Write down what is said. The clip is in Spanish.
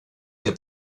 del